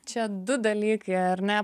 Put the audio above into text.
čia du dalykai ar ne